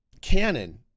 canon